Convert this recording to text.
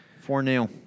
Four-nil